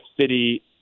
City